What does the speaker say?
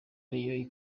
rayons